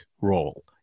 role